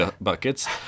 buckets